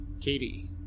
Katie